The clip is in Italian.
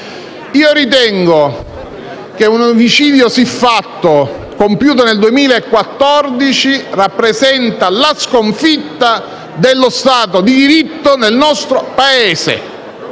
Ritengo che un omicidio siffatto, compiuto nel 2014, rappresenti la sconfitta dello Stato di diritto del nostro Paese.